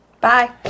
bye